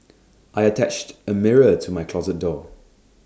I attached A mirror to my closet door